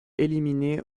éliminé